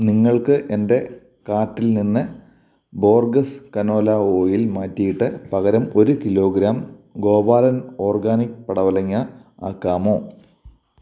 നിങ്ങൾക്ക് എന്റെ കാർട്ടിൽ നിന്ന് ബോർഗസ് കനോല ഓയിൽ മാറ്റിയിട്ട് പകരം ഒരു കിലോഗ്രാം ഗോപാലൻ ഓർഗാനിക് പടവലങ്ങ ആക്കാമോ